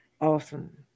awesome